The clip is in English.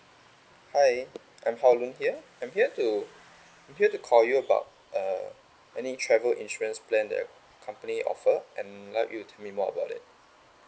hi I'm hao loon here I'm here to here to call you about uh any travel insurance plan that your company offer and like you tell me more about it